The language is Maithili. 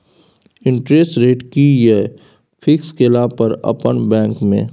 इंटेरेस्ट रेट कि ये फिक्स केला पर अपन बैंक में?